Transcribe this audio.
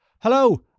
Hello